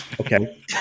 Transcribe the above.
Okay